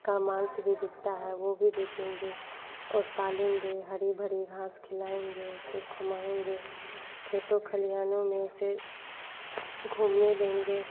का मांस भी बिकता है वह भी बेचेंगे और पालेंगे हरी भरी घास खिलाएंगे उसे घुमाएंगे खेतों खलिहानों में उसे घूमने देंगे